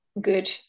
good